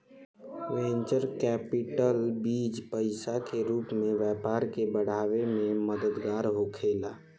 venture capital बीज पईसा के रूप में व्यापार के बढ़ावे में मददगार होखेला